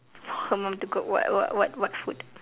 her mum to cook what what what what food